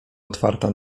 otwarta